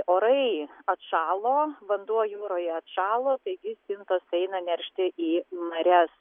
orai atšalo vanduo jūroje atšalo taigi stintos eina neršti į marias